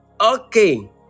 Okay